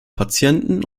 patienten